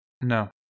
No